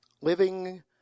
Living